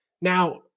Now